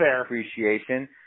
appreciation